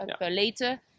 later